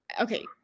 okay